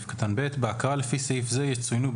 (ב) בהכרה לפי סעיף זה יצוינו,